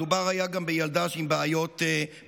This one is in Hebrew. מדובר היה גם בילדה עם בעיות בריאותיות,